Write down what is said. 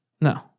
No